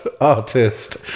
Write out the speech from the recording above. artist